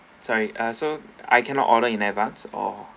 sorry uh so I cannot order in advance or